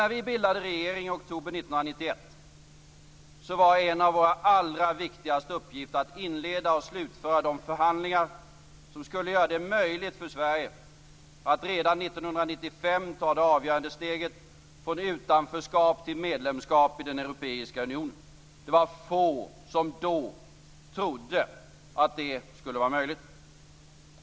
När vi bildade regering i oktober 1991 var en av våra allra viktigaste uppgifter att inleda och slutföra de förhandlingar som skulle göra det möjligt för Sverige att redan 1995 ta det avgörande steget från utanförskap till medlemskap i den europeiska unionen. Det var få som då trodde att det skulle vara möjligt.